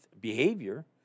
behavior